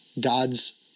God's